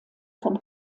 vom